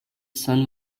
sun